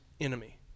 enemy